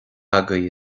agaibh